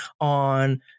on